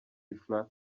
fla